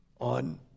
on